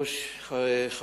נכון, אבל אבחן את זה.